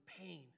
pain